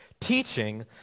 Teaching